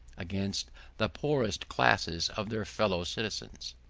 against the poorest classes of their fellow citizens.